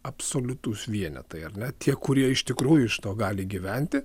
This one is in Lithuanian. absoliutūs vienetai ar ne tie kurie iš tikrųjų iš to gali gyventi